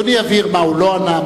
אדוני יבהיר על מה הוא לא ענה,